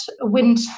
wind